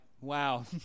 Wow